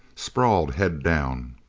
sprawled, head down.